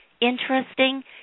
interesting